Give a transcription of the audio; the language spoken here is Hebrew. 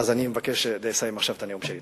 אני מבקש לסיים עכשיו את הנאום שלי.